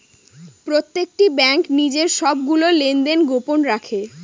প্রত্যেকটি ব্যাঙ্ক নিজের সবগুলো লেনদেন গোপন রাখে